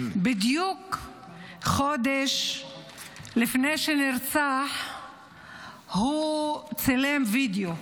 בדיוק חודש לפני שנרצח הוא צילם וידאו,